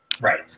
right